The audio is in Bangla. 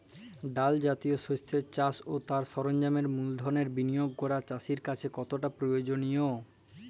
ডাল জাতীয় শস্যের চাষ ও তার সরঞ্জামের মূলধনের বিনিয়োগ করা চাষীর কাছে কতটা প্রয়োজনীয়?